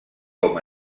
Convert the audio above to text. com